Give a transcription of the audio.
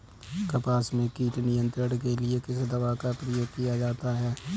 कपास में कीट नियंत्रण के लिए किस दवा का प्रयोग किया जाता है?